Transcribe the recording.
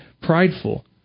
prideful